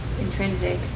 intrinsic